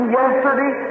yesterday